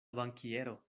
bankiero